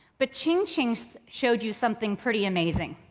but ching ching showed you something pretty amazing.